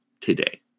today